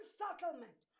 settlement